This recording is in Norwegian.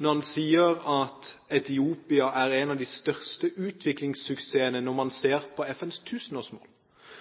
når han sier at Etiopia er en av de største utviklingssuksessene når man ser på FNs tusenårsmål.